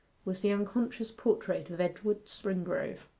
was the unconscious portrait of edward springrove.